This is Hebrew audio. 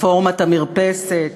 רפורמת המרפסת,